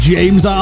James